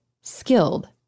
skilled